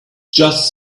just